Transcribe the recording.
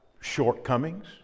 shortcomings